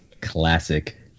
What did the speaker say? Classic